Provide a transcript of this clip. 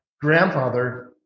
grandfather